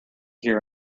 hear